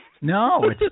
No